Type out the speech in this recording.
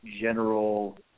general